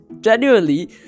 genuinely